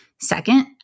Second